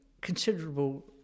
considerable